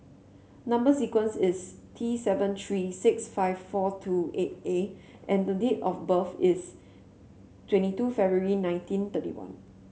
number sequence is T seven three six five four two eight A and the date of birth is twenty two February nineteen thirty one